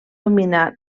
dominar